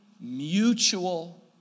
mutual